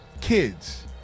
kids